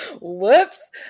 Whoops